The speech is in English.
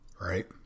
Right